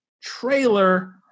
trailer